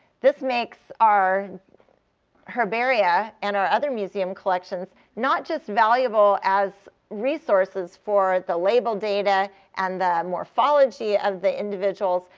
this makes our herbaria and our other museum collections not just valuable as resources for the label data and the morphology of the individuals,